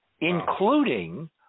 including